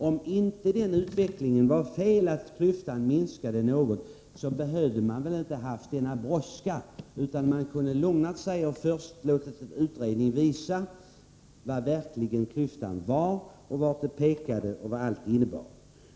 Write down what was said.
Om utvecklingen när klyftan minskade något inte var fel, behövde man väl inte ha haft denna brådska, utan man kunde ha lugnat sig och först låtit utredningen visa hur stor klyftan verkligen var, vartåt det pekade och vad detta innebar.